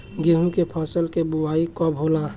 गेहूं के फसल के बोआई कब होला?